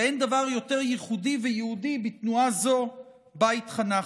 ואין דבר יותר ייחודי ויהודי בתנועה זו בה התחנכתי.